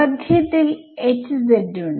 മധ്യത്തിൽ ഉണ്ട്